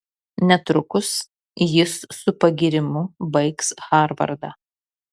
netrukus jis su pagyrimu baigs harvardą